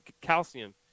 Calcium